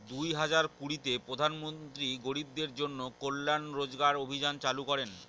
দুই হাজার কুড়িতে প্রধান মন্ত্রী গরিবদের জন্য কল্যান রোজগার অভিযান চালু করেন